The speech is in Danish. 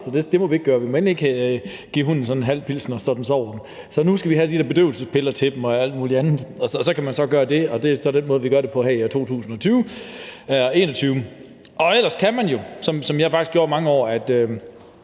Det må vi ikke længere; vi må endelig ikke give den sådan en halv pilsner, så den sover. Så nu skal vi have de der bedøvelsespiller til dem og alt muligt andet, og så kan man gøre det, og det er så den måde, vi gør det på her i 2021. Og ellers kan man jo gøre det, som jeg faktisk gjorde i mange år,